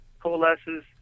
coalesces